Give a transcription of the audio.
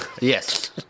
yes